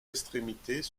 extrémités